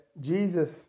Jesus